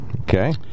Okay